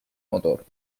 motor